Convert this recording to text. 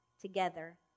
together